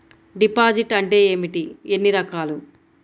Deposit అంటే ఏమిటీ ఎన్ని రకాలు?